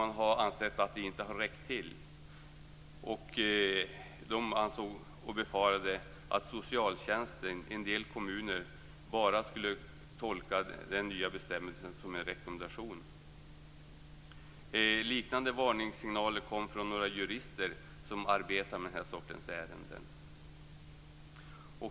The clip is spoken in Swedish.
Man ansåg att det inte var tillräckligt och befarade att socialtjänsten i en del kommuner bara skulle tolka den nya bestämmelsen som en rekommendation. Liknande varningssignaler kom från några jurister som arbetar med den här typen av ärenden.